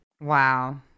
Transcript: Wow